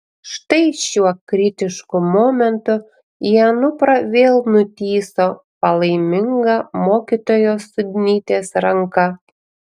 štai šiuo kritišku momentu į anuprą vėl nutįso palaiminga mokytojos sudnytės ranka